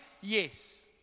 yes